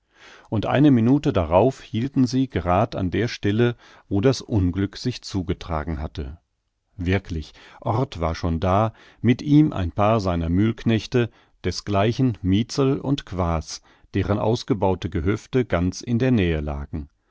und eine minute darauf hielten sie gerad an der stelle wo das unglück sich zugetragen hatte wirklich orth war schon da mit ihm ein paar seiner mühlknechte desgleichen mietzel und quaas deren ausgebaute gehöfte ganz in der nähe lagen